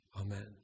amen